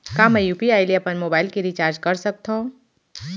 का मैं यू.पी.आई ले अपन मोबाइल के रिचार्ज कर सकथव?